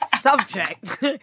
subject